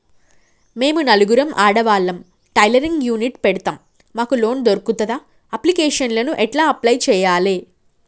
మేము నలుగురం ఆడవాళ్ళం టైలరింగ్ యూనిట్ పెడతం మాకు లోన్ దొర్కుతదా? అప్లికేషన్లను ఎట్ల అప్లయ్ చేయాలే?